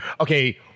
okay